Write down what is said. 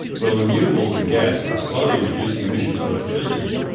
well, renewables and gas are slowly reducing emissions from electricity,